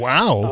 Wow